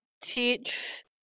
teach